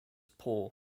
poor